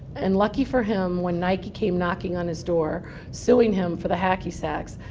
and lucky for him when nike came knocking on his door suing him for the hacky sacks,